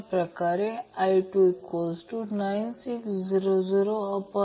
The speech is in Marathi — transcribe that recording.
तर करंट जास्तीत जास्त 2005 आहे म्हणून करंट 40 अँपिअर आहे